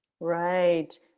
Right